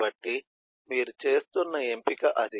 కాబట్టి మీరు చేస్తున్న ఎంపిక అది